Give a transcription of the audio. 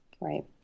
right